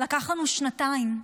נדרשנו לשנתיים,